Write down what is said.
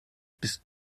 bist